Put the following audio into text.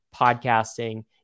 podcasting